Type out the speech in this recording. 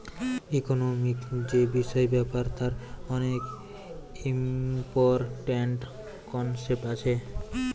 economic যে বিষয় ব্যাপার তার অনেক ইম্পরট্যান্ট কনসেপ্ট আছে